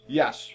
yes